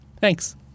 Thanks